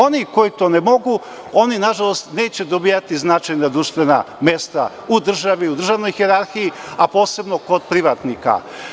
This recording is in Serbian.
Oni koji to ne mogu, oni nažalost neće dobijati značajna društvena mesta u državi, u državnoj hijerarhiji, a posebno kod privatnika.